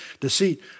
deceit